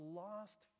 lost